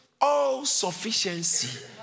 all-sufficiency